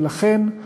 ולכן,